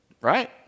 right